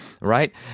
right